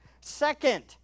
Second